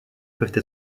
peuvent